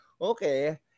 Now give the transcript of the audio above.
okay